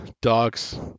dogs